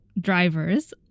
drivers